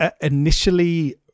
initially